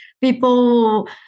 people